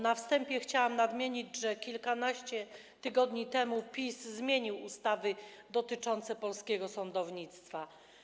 Na wstępie chciałabym nadmienić, że kilkanaście tygodni temu PiS zmienił ustawy dotyczące polskiego sądownictwa.